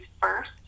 first